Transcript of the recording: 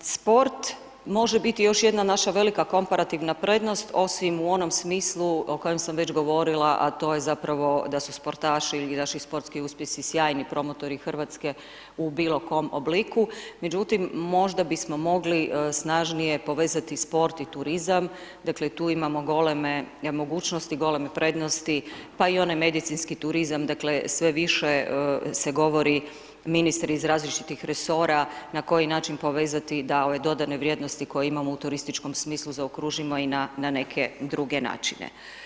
Sport može biti još jedna naša velika komparativna prednost, osim u onom smislu o kojem sam već govorila, a to je zapravo, da su sportaši ili naši sportski uspjesi sjajni promotori Hrvatske u bilo kojem obliku, međutim, možda bismo mogli snažnije povezati sport i turizam, dakle, tu imamo goleme mogućnosti, goleme prednosti, pa i one medicinski turizam, dakle, sve više se govori ministre iz različitih resora, na koji način povezati da ove dodane vrijednosti koje imamo u turističkom smislu zaokružimo i na neke druge načine.